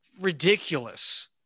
ridiculous